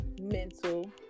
mental